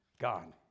God